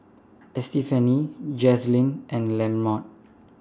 Estefany Jazlyn and Lamont